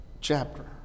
chapter